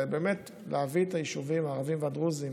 להביא את היישובים הערביים והדרוזיים